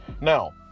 Now